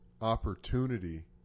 opportunity